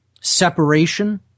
separation